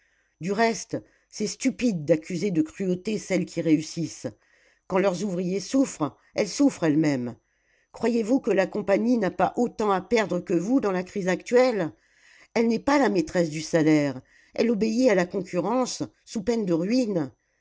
du reste c'est stupide d'accuser de cruauté celles qui réussissent quand leurs ouvriers souffrent elles souffrent elles-mêmes croyez-vous que la compagnie n'a pas autant à perdre que vous dans la crise actuelle elle n'est pas la maîtresse du salaire elle obéit à la concurrence sous peine de ruine